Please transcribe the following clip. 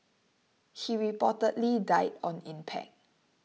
he reportedly died on impact